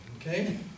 Okay